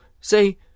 say